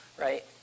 right